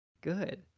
Good